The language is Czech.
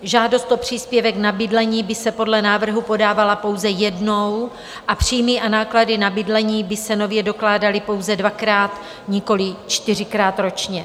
Žádost o příspěvek na bydlení by se podle návrhu podávala pouze jednou a příjmy a náklady na bydlení by se nově dokládaly pouze dvakrát, nikoliv čtyřikrát ročně.